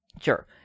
sure